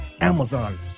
Amazon